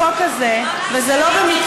החוק הזה, וזה לא במקרה,